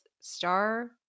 star